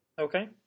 Okay